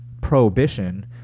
prohibition